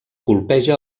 colpeja